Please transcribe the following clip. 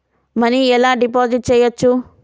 Money ఎలా deposit చేయచ్చు?